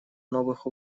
новых